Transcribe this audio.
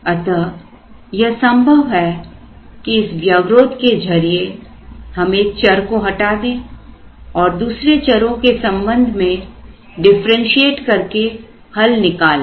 अतः यह संभव है कि इस व्यवरोध के जरिए हम एक चर को हटा दें और दूसरे चरों के संबंध में डिफरेंशिएट करके हल निकाल ले